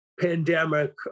pandemic